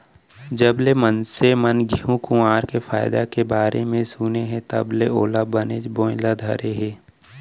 जबले मनसे मन घींव कुंवार के फायदा के बारे म सुने हें तब ले ओला बनेच बोए ल धरे हें